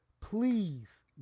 please